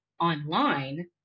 online